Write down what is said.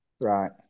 Right